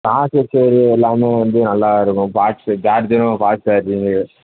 fast சரி எல்லாமே வந்து நல்லா இருக்கும் பார்ட்ஸு சார்ஜரும் ஃபாஸ்ட் சார்ஜிங்கு